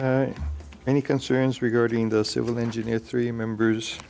keep any concerns regarding the civil engineer three members